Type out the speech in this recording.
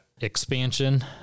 expansion